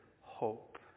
hope